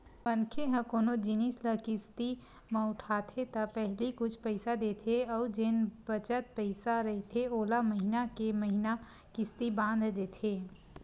मनखे ह कोनो जिनिस ल किस्ती म उठाथे त पहिली कुछ पइसा देथे अउ जेन बचत पइसा रहिथे ओला महिना के महिना किस्ती बांध देथे